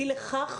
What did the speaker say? אי לכך,